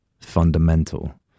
fundamental